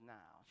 now